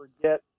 forget